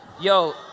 yo